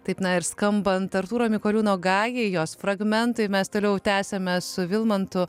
taip na ir skambant artūro mikoliūno gagiui jos fragmentai mes toliau tęsiame su vilmantu